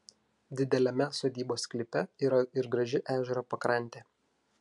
dideliame sodybos sklype yra ir graži ežero pakrantė